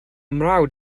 mrawd